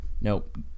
nope